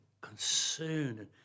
concerned